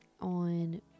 on